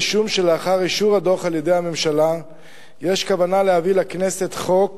משום שלאחר אישור הדוח על-ידי הממשלה יש כוונה להביא לכנסת חוק